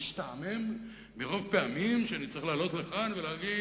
להשתעמם מרוב פעמים שאני צריך לעלות לכאן ולהגיד: